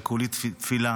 וכולי תפילה